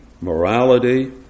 morality